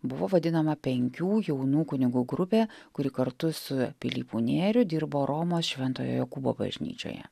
buvo vadinama penkių jaunų kunigų grupė kuri kartu su pilypu nėriu dirbo romos šventojo jokūbo bažnyčioje